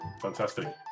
Fantastic